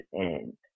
end